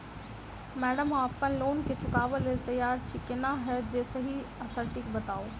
Madam हम अप्पन loan केँ चुकाबऽ लैल तैयार छी केना हएत जे सही आ सटिक बताइब?